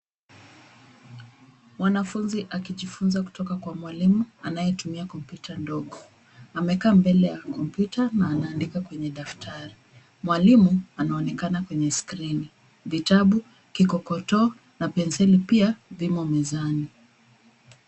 Mwanafunzi akijifunza kutoka kwa mwalimu anaye tumia kompyuta ndogo. Amekaa mbele ya kompyuta na anaandika kwenye daftari. Mwalimu anaonekana kwenye skrini. Vitabu, kikokotoo na penseli pia vimo mezani.